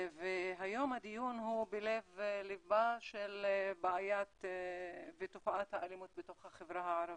היום הדיון הוא בלב ליבה של בעיית ותופעת האלימות בתוך החברה הערבית.